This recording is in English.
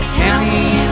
county